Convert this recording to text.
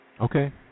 Okay